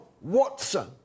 Watson